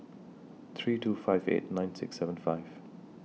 three two five eight nine six seven five